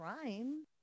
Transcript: crime